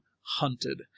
hunted